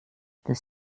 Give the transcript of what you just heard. das